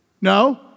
no